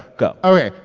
go ok.